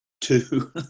Two